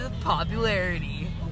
popularity